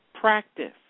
practice